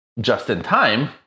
just-in-time